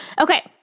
Okay